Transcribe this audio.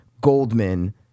Goldman